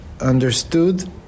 Understood